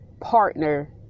partner